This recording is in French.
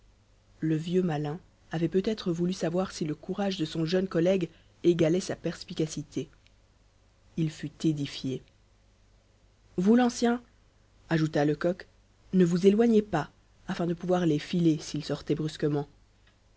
le vieux malin avait peut-être voulu savoir si le courage de son jeune compagnon égalait sa perspicacité il fut édifié vous l'ancien ajouta lecoq ne vous éloignez pas afin de pouvoir les filer s'ils sortaient brusquement